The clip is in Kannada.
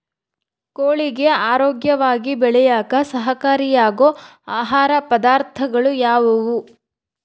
ಕೋಳಿಗೆ ಆರೋಗ್ಯವಾಗಿ ಬೆಳೆಯಾಕ ಸಹಕಾರಿಯಾಗೋ ಆಹಾರ ಪದಾರ್ಥಗಳು ಯಾವುವು?